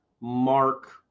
Mark